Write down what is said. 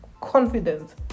confidence